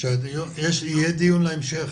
שיהיה דיון בהמשך.